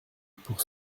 pour